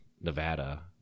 nevada